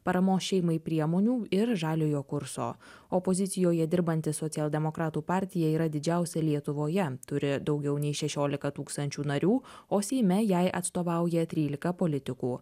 paramos šeimai priemonių ir žaliojo kurso opozicijoje dirbanti socialdemokratų partija yra didžiausia lietuvoje turi daugiau nei šešiolika tūkstančių narių o seime jai atstovauja trylika politikų